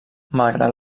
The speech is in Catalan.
malgrat